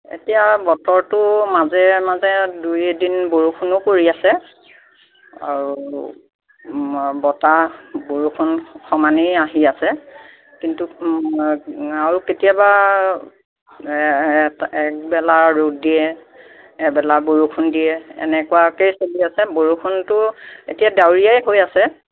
এতিয়া বতৰটো মাজে মাজে দুই এদিন বৰষুণো পৰি আছে আৰু বতাহ বৰষুণ সমানেই আহি আছে কিন্তু আৰু কেতিয়াবা একবেলা ৰ'দ দিয়ে এবেলা বৰষুণ দিয়ে এনেকুৱাকে চলি আছে বৰষুণটো এতিয়া ডাৱৰীয়াই হৈ আছে